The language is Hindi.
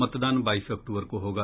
मतदान बाईस अक्टूबर को होगा